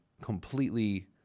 completely